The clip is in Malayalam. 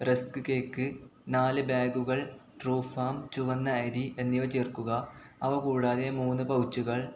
റസ്ക് കേക്ക് നാല് ബാഗുകൾ ട്രൂഫാം ചുവന്ന അരി എന്നിവ ചേർക്കുക അവ കൂടാതെ മൂന്ന് പൗച്ചുകൾ